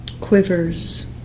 quivers